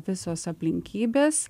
visos aplinkybės